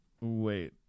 Wait